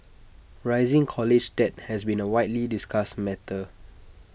rising college debt has been A widely discussed matter